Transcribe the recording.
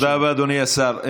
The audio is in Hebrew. תודה, אדוני השר.